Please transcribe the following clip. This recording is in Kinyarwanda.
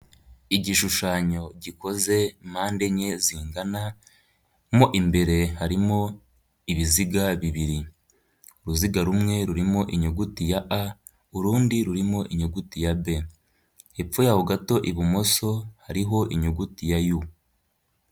Igishushanyo gikoze impande enye zingana, mo imbere harimo ibiziga bibiri, uruziga rumwe rurimo inyuguti ya a, urundi rurimo inyuguti ya b, hepfo yaho gato ibumoso, hariho inyuguti ya u.